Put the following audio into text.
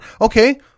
Okay